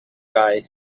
guy